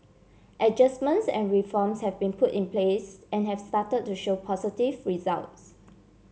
adjustments and reforms have been put in place and have start to show positive results